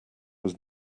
was